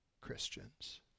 Christians